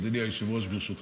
אדוני היושב-ראש, ברשותך: